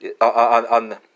on